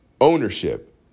ownership